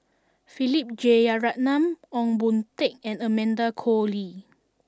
Philip Jeyaretnam Ong Boon Tat and Amanda Koe Lee